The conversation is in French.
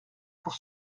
pour